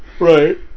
Right